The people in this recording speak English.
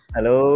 Hello